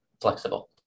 flexible